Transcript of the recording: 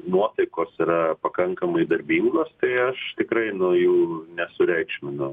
nuotaikos yra pakankamai darbingos tai aš tikrai nu jų nesureikšminu